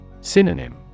Synonym